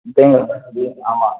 ஆமாம்